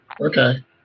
Okay